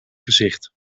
gezicht